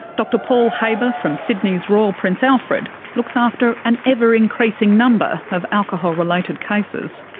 dr paul haber from sydney's royal prince alfred looks after an ever-increasing number of alcohol-related cases.